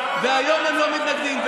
והיום הם לא מתנגדים.